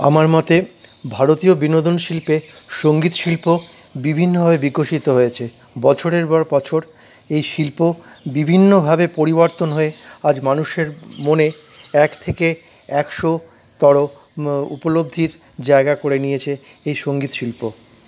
আমার মতে ভারতীয় বিনোদন শিল্পে সঙ্গীত শিল্প বিভিন্নভাবে বিকশিত হয়েছে বছরের পর বছর এই শিল্প বিভিন্নভাবে পরিবর্তন হয়ে আজ মানুষের মনে এক থেকে একশোতর উপলব্ধির জায়গা করে নিয়েছে এই সঙ্গীত শিল্প